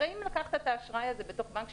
הרי אם לקחת את האשראי הזה בתוך בנק,